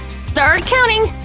start counting!